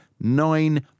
nine